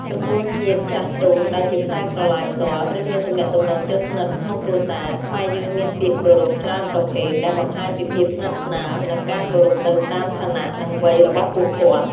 ចំពោះញាតិចាស់ទុំដែលជាខ្សែស្រឡាយផ្ទាល់ ឬមានទំនាក់ទំនងជិតស្និទ្ធក្នុងគ្រួសារ ខ្មែរយើងមានពាក្យគោរពច្រើនប្រភេទ ដែលបង្ហាញពីភាពស្និទ្ធស្នាល និងការគោរពទៅតាមឋានៈ និងវ័យរបស់ពួកគាត់។